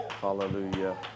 hallelujah